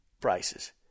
prices